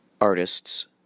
artists